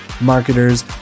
marketers